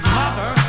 mother